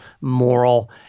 moral –